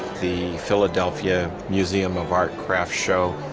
the philadelphia museum of art craft show,